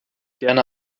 gerne